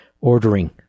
ordering